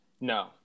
No